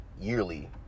yearly